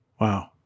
Wow